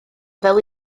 fel